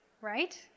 right